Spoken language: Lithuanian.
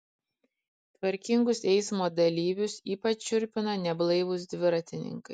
tvarkingus eismo dalyvius ypač šiurpina neblaivūs dviratininkai